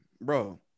Bro